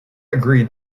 agreed